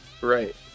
right